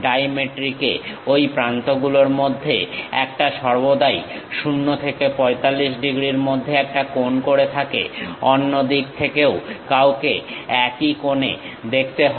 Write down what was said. ড্রাইমেট্রিকে ঐ প্রান্ত গুলোর মধ্যে একটা সর্বদাই 0 থেকে 45 ডিগ্রীর মধ্যে একটা কোণ করে থাকে অন্য দিক থেকেও কাউকে একই কোণে দেখতে হয়